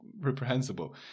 reprehensible